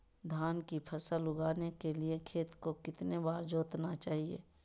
धान की फसल उगाने के लिए खेत को कितने बार जोतना चाइए?